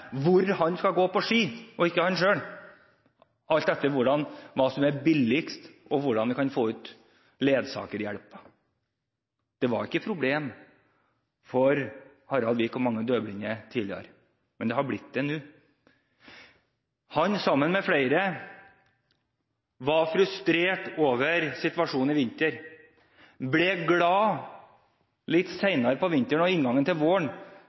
hvor han skal gå på ski, og ikke han selv, alt etter hva som er billigst, og hvordan en kan få ut ledsagerhjelp? Det var ikke et problem for Harald Vik og mange døvblinde tidligere, men det har blitt det nå. Han, sammen med flere, var frustrert over situasjonen i vinter, ble glad litt senere på vinteren og inngangen til våren,